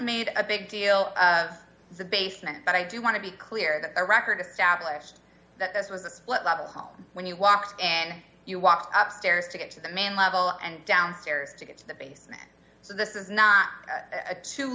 made a big deal of the basement but i do want to be clear the record established that this was a split level home when you walked and you walked up stairs to get to the main level and down stairs to get to the basement so this is not a